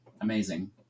amazing